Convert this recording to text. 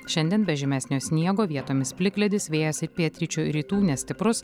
šiandien be žymesnio sniego vietomis plikledis vėjas ir pietryčių ir rytų nestiprus